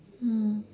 mm